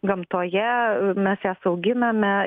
gamtoje mes jas auginame